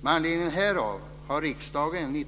Med anledning härav har riksdagen i